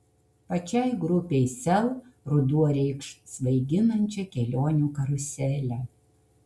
pačiai grupei sel ruduo reikš svaiginančią kelionių karuselę